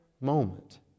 moment